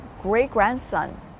great-grandson